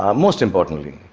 um most importantly,